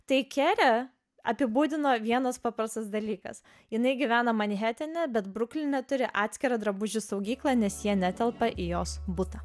tai kerę apibūdino vienas paprastas dalykas jinai gyvena man hesene bet brukline turi atskirą drabužių saugyklą nes jie netelpa į jos butą